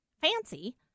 Fancy